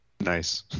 nice